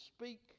speak